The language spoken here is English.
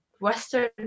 Western